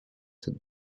sept